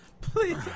Please